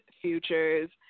Futures